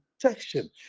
protection